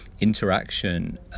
interaction